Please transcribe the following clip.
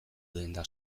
denda